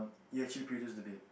it actually produce the beat